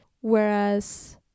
Whereas